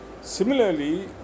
Similarly